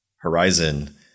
horizon